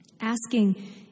Asking